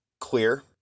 clear